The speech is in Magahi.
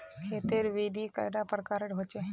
खेत तेर विधि कैडा प्रकारेर होचे?